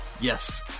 Yes